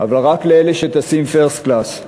אבל רק לאלה שטסים first class.